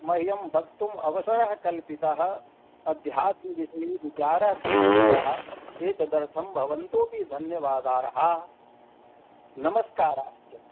मह्यं वक्तुं अवसरः कल्पितः अध्यात्मविसये विचारः संवृत्तः एतदर्थं भवन्तोऽपि धन्यवादारः नमस्काराश्च